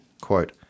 quote